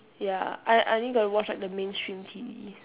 ya I I only get to watch like the mainstream T_V